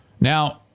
Now